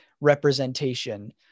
representation